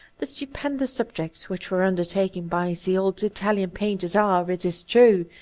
the stupendous subjects which were undertaken by the old italian painters are, it is true,